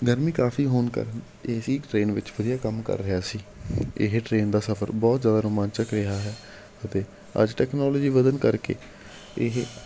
ਗਰਮੀ ਕਾਫੀ ਹੋਣ ਕਾਰਨ ਏ ਸੀ ਟਰੇਨ ਵਿੱਚ ਵਧੀਆ ਕੰਮ ਕਰ ਰਿਹਾ ਸੀ ਇਹ ਟ੍ਰੇਨ ਦਾ ਸਫ਼ਰ ਬਹੁਤ ਜ਼ਿਆਦਾ ਰੋਮਾਂਚਕ ਰਿਹਾ ਹੈ ਅਤੇ ਅੱਜ ਟੈਕਨੋਲੋਜੀ ਵਧਣ ਕਰਕੇ ਇਹ